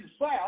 south